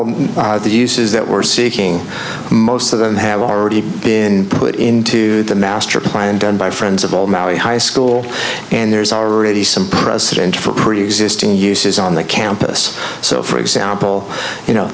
well the uses that we're seeking most of them have already been put into the master plan done by friends of all valley high school and there's already some president for preexisting uses on the campus so for example you know